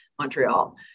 Montreal